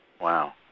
wow